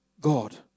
God